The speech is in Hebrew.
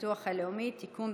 (תיקון,